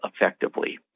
effectively